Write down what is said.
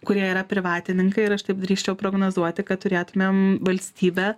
kurie yra privatininkai ir aš taip drįsčiau prognozuoti kad turėtumėm valstybę